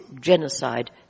genocide